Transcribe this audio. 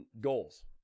goals